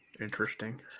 Interesting